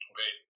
Okay